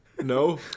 No